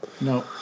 No